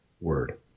Word